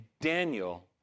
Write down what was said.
Daniel